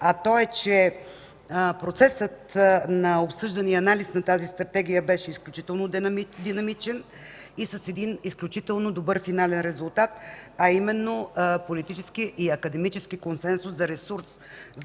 повторят. Процесът на обсъждане и анализ на тази Стратегия беше изключително динамичен и с един изключително добър финален резултат, а именно политически и академически консенсус за ресурс